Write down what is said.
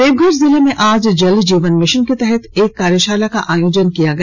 देवघर जिले में आज जल जीवन मिशन के तहत एक कार्यशाला का आयोजन किया गया